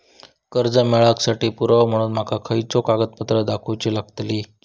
कर्जा मेळाक साठी पुरावो म्हणून माका खयचो कागदपत्र दाखवुची लागतली?